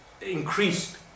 increased